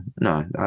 no